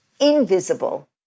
invisible